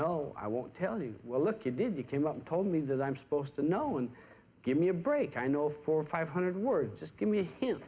know i won't tell you well look you did you came up and told me that i'm supposed to know and give me a break i know for five hundred words just give me